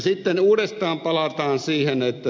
sitten uudestaan palataan siihen että